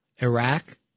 Iraq